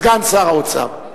סגן שר האוצר.